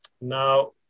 Now